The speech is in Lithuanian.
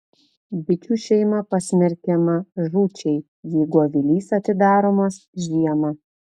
bičių šeima pasmerkiama žūčiai jeigu avilys atidaromas žiemą